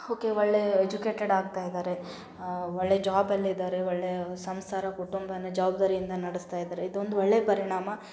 okay ಒಳ್ಳೆಯ educated ಆಗ್ತಾಯಿದ್ದಾರೆ ಒಳ್ಳೆ ಜಾಬಲ್ಲಿ ಇದ್ದಾರೆ ಒಳ್ಳೆಯ ಸಂಸಾರ ಕುಟುಂಬನ ಜವಬ್ದಾರಿಯಿಂದ ನಡೆಸ್ತಾ ಇದ್ದಾರೆ ಇದೊಂದು ಒಳ್ಳೆಯ ಪರಿಣಾಮ